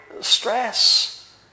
stress